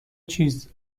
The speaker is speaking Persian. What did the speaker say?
چیز